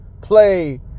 play